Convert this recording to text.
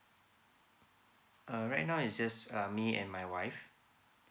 ah right now it's just um me and my wife